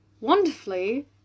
wonderfully